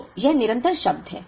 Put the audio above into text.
तो यह निरंतर शब्द है